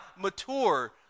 mature